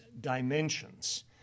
dimensions